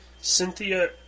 Cynthia